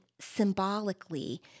symbolically